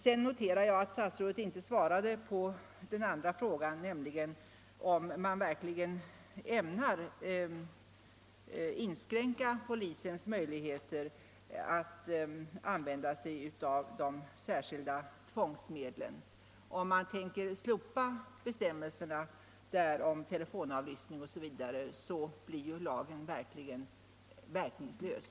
Jag noterade att statsrådet inte svarade på den andra frågan, nämligen om man verkligen ämnar inskränka polisens möjligheter att använda sig av de särskilda tvångsmedlen. Om man tänker slopa bestämmelserna om telefonavlyssning osv. blir ju lagen verkningslös.